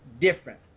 different